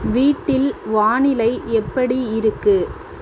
வீட்டில் வானிலை எப்படி இருக்கு